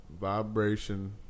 vibration